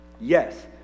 yes